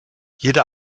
jede